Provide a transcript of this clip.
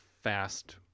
fast